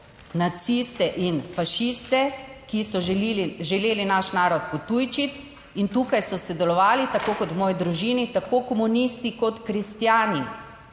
naciste in fašiste, ki so želeli naš narod potujčiti. In tukaj so sodelovali, tako kot v moji družini, tako komunisti kot kristjani